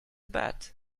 bad